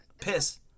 piss